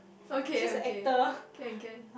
okay okay can can